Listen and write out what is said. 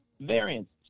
variants